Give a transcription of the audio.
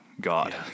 God